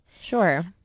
sure